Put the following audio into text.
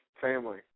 family